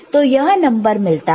तो यह नंबर मिलता है